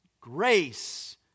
grace